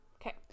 Okay